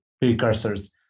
precursors